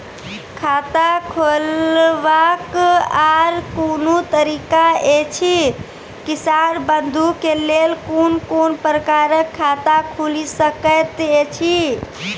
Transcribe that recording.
खाता खोलवाक आर कूनू तरीका ऐछि, किसान बंधु के लेल कून कून प्रकारक खाता खूलि सकैत ऐछि?